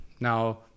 Now